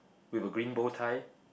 with a green bow tie